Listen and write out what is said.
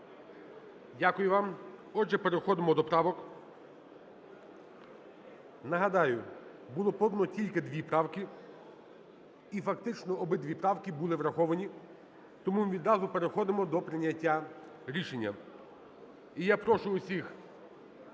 Дякую вам. Отже, переходимо до правок. Нагадаю, було подано тільки дві правки, і фактично обидві правки були враховані. Тому відразу переходимо до прийняття рішення. І я прошу усіх